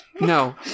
No